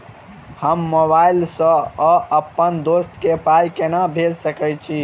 हम मोबाइल सअ अप्पन दोस्त केँ पाई केना भेजि सकैत छी?